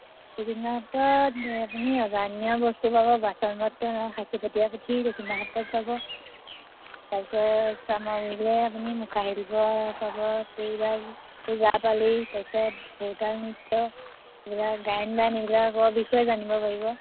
আপুনি ৰজাদিনীয়া বস্তু পাব বাচন বৰ্তন আৰু সাঁচিপতীয়া পুথি দক্ষিণপাত সত্ৰত পাব তাৰ পাছত চামগুৰিলৈ আপুনি মুখা শিল্প পাব ওজাপালি তাৰ পাছত ভোৰতাল নৃত্য এইবিলাক গায়ন বায়ন এইবিলাকৰ বিষয়ে জানিব পাৰিব